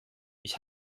ich